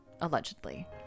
allegedly